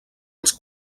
els